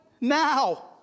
now